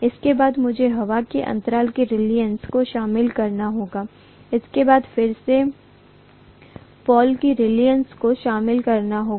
उसके बाद मुझे हवा के अंतराल के रीलक्टन्स को शामिल करना होगा उसके बाद फिर से पोल की रीलक्टन्स को शामिल करना होगा